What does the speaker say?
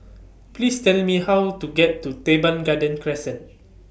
Please Tell Me How to get to Teban Garden Crescent